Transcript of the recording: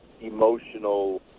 emotional